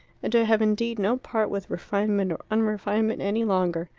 and to have indeed no part with refinement or unrefinement any longer.